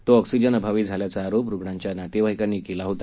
तो ऑक्सीजनअभावी झाल्याचा आरोप रुग्णांच्या नातेवाईकांनी केला होता